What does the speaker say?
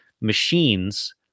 machines